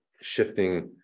shifting